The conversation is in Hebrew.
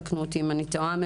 תקנו אותי אם אני טועה,